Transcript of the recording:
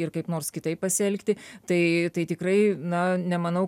ir kaip nors kitaip pasielgti tai tai tikrai na nemanau